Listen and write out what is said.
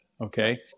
okay